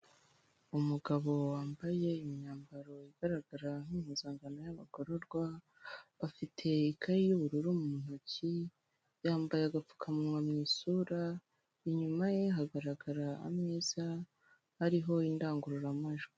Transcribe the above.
Umugabo wambaye imyambaro igaragara nk'impuzankano y'abagororwa, afite ikaye y'ubururu mu ntoki yambaye agapfukamunwa mu isura, inyuma ye hagaragara ameza ariho indangururamajwi.